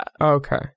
Okay